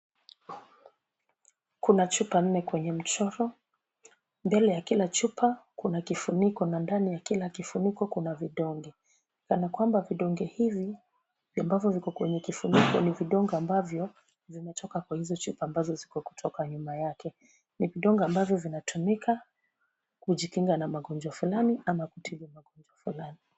Kuna chupa nne kwenye mchoro. Mbele ya kila chupa kuna kifuniko na ndani ya kila kifuniko kuna vidonge. Kana kwamba vidonge hivi ni ambavyo viko kwenye kifuniko, ni vidonge ambavyo vimetoka kwa hizo chupa ambazo ziko kutoka nyuma yake. Ni vidonge ambavyo vinatumika kujikinga na magonjwa fulani ama kutibu magonjwa fulani.